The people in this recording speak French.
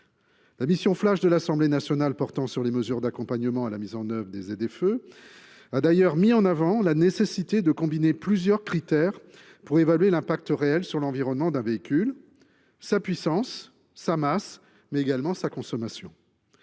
La mission flash de l’Assemblée nationale portant sur les mesures d’accompagnement à la mise en œuvre des zones à faibles émissions mobilité (ZFE m) a d’ailleurs mis en avant la nécessité de combiner plusieurs critères pour évaluer l’impact réel sur l’environnement d’un véhicule : sa puissance, sa masse, mais également sa consommation.